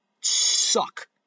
suck